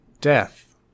Death